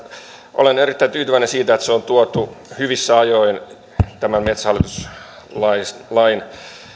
olen erittäin tyytyväinen siitä että se on tuotu hyvissä ajoin tämän metsähallitus lain